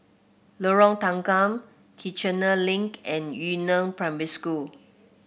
Lorong Tanggam Kiichener Link and Yu Neng Primary School